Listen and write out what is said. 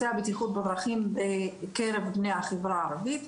הבטיחות בדרכים בקרב בני החברה הערבית,